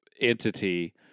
entity